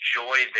joy